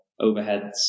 overheads